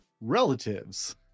relatives